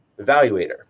evaluator